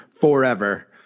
forever